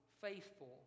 faithful